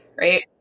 right